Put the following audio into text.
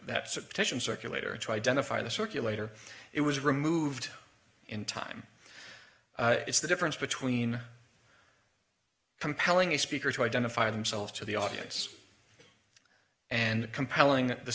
circulator it was removed in time it's the difference between compelling the speaker to identify themselves to the audience and compelling the